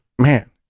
man